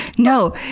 no!